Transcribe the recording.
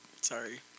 Sorry